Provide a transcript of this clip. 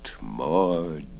more